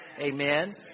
amen